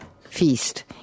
feast